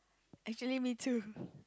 actually me too